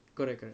correct correct